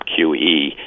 QE